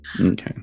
Okay